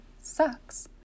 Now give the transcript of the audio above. sucks